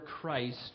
Christ